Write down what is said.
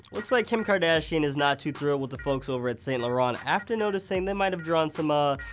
looks like kim kardashian is not too thrilled with the folks over at saint laurent after noticing they might have drawn some, ah,